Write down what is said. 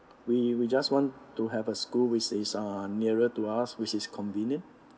we we just want to have a school which is uh nearer to us which is convenient